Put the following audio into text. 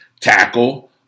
tackle